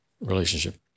relationship